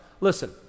listen